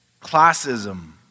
classism